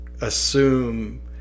assume